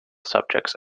subjects